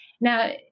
Now